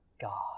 God